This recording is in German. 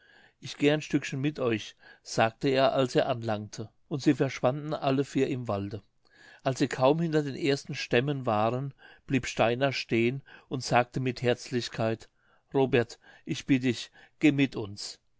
ich geh ein stückchen mit euch sagte er als er anlangte und sie verschwanden alle vier im walde als sie kaum hinter den ersten stämmen waren blieb steiner stehen und sagte mit herzlichkeit robert ich bitt dich geh mit uns